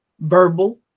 verbal